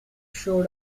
show